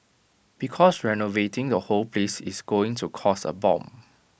because renovating the whole place is going to cost A bomb